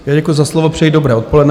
Děkuji za slovo, přeji dobré odpoledne.